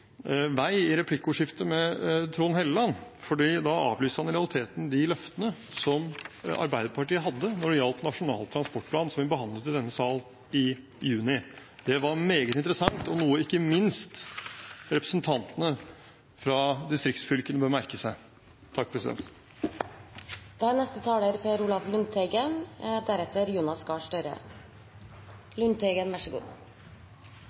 vei i replikkordskiftet med Trond Helleland, fordi da avlyste han i realiteten de løftene som Arbeiderpartiet hadde når det gjaldt Nasjonal transportplan, som vi behandlet i denne sal i juni. Det var meget interessant, og noe ikke minst representantene fra distriktsfylkene bør merke seg. Representanten Kapur hadde en hilsen til Senterpartiet angående sentralisering. Det er